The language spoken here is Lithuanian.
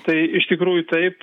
tai iš tikrųjų taip